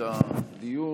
תפתחו.